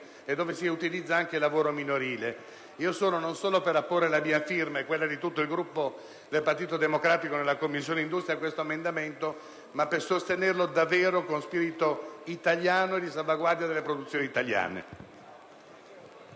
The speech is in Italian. e dove si utilizza anche il lavoro minorile. Io vorrei non solo apporre la mia firma e quella di tutti gli esponenti del Gruppo Partito Democratico in Commissione industria su questo emendamento, ma soprattutto sostenerlo davvero con spirito italiano, di salvaguardia delle produzioni italiane.